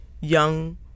young